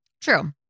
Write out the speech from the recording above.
True